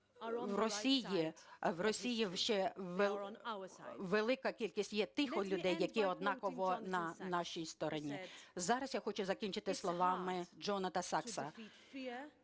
В Росії ще велика кількість є тих людей, які однаково на нашій стороні. Зараз я хочу закінчити словами Джонатана Сакса: